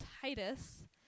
Titus